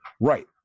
Right